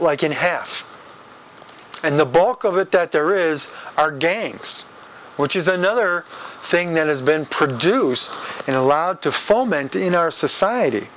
like in half and the bulk of it that there is are games which is another thing that has been produced in allowed to foment in our society